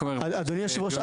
אדוני היושב ראש,